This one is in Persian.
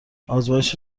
آزمایش